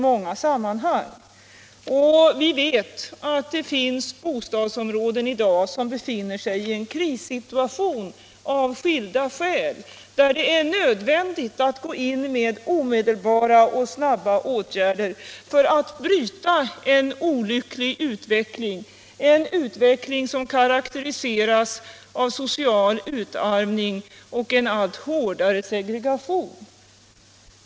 Vi vet också att det i dag finns bostadsområden som av olika skäl befinner sig i en krissituation, där det är nödvändigt att gå in med omedelbara åtgärder för att bryta en olycklig utveckling, en utveckling som karakteriseras av social utarmning och allt hårdare segregation.